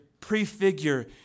prefigure